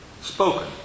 spoken